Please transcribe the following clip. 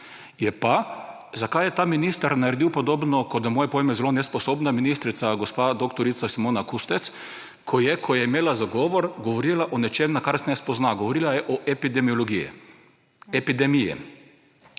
je pa, zakaj je ta minister naredil podobno, kot za moje pojme zelo nesposobna ministrica gospa dr. Simona Kustec, ko je, ko je imela zagovor, govorila o nečem, na kar se ne spozna. Govorila je o epidemiologiji. Epidemiji.